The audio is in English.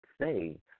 say